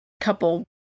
couple